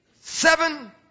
Seven